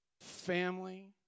family